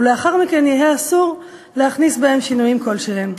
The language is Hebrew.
ולאחר מכן יהא אסור להכניס בהם שינויים כלשהם.